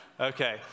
Okay